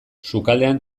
sukaldean